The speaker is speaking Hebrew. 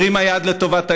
לטובת העניין.